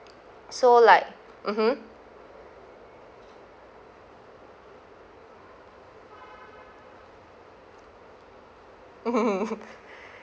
so like mmhmm